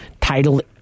title